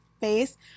face